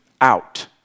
out